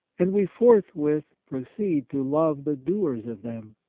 and we forthwith proceed to love the doers of them.